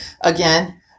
again